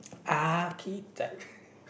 architect